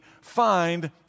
find